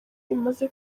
imaze